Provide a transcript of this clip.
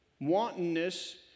Wantonness